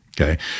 okay